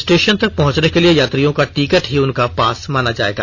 station तक पहुंचने के लिए यात्रियों का टिकट ही उनका पास माना जायेगा